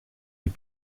est